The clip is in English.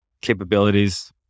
capabilities